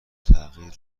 تغییر